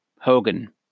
Hogan